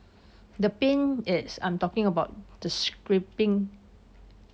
the pain it's I'm talking about the scraping